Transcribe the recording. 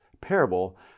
parable